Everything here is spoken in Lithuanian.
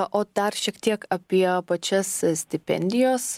o dar šiek tiek apie pačias stipendijas